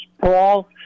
Paul